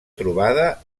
trobada